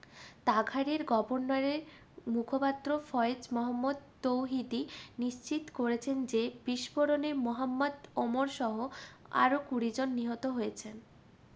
তাখারের গভর্নরের মুখপাত্র ফয়েজ মুহাম্মাদ তৌহিদি নিশ্চিত করেছেন যে বিস্ফোরণে মুহাম্মাদ ওমর সহ আরো কুড়ি জন নিহত হয়েছেন